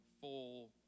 full